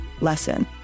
lesson